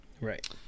Right